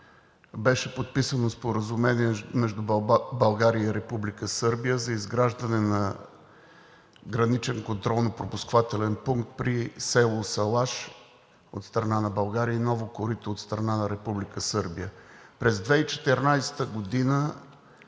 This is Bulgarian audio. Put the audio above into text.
беше подписано Споразумение между България и Република Сърбия за изграждане на граничен контролно-пропускателен пункт при село Салаш от страна на България и Ново Корито от страна на Република Сърбия. През 2014 г.